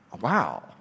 wow